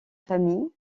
famille